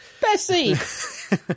Bessie